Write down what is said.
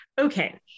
Okay